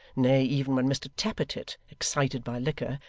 nay, even when mr tappertit, excited by liquor,